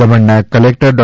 દમણના કલેક્ટર ડૉ